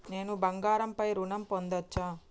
నేను బంగారం పై ఋణం పొందచ్చా?